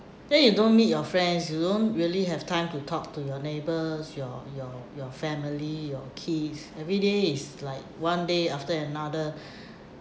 then you don't meet your friends you don't really have time to talk to your neighbours your your your family your kids everyday is like one day after another